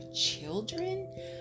children